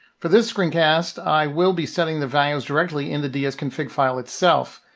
for this screen cast, i will be setting the values directly in the dsconfig file itself.